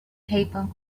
paper